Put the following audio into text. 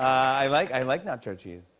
i like i like nacho cheese.